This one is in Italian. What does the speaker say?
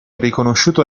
riconosciuto